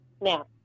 Now